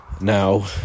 now